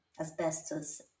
asbestos